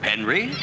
Henry